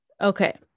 okay